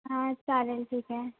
हा चालेल ठीक आहे